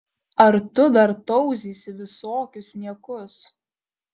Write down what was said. ar tu dar tauzysi visokius niekus